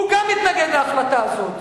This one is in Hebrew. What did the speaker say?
וגם הוא מתנגד להחלטה הזאת.